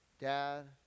Dad